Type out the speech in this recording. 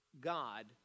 God